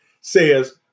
says